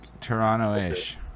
Toronto-ish